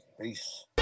Peace